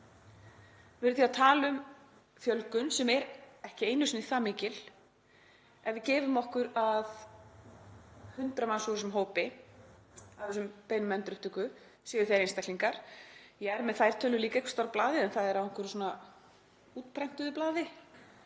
Við erum því að tala um fjölgun sem er ekki einu sinni það mikil ef við gefum okkur að 100 manns úr þessum hópi, af þessum beiðnum um endurupptöku, séu þeir einstaklingar. Ég er með þær tölur líka einhvers staðar á blaði, en það er á útprentuðu blaði